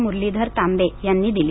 मुरलीधर तांबे यांनी दिली